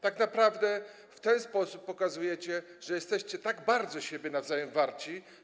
Tak naprawdę w ten sposób pokazujecie, że jesteście tak bardzo siebie nawzajem warci.